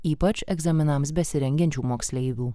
ypač egzaminams besirengiančių moksleivių